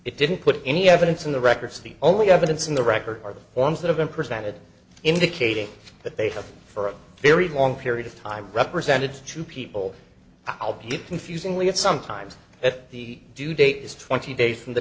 it didn't put any evidence in the record so the only evidence in the record are the ones that have been presented indicating that they have for a very long period of time represented to people i'll be confusingly it sometimes at the due date is twenty days from the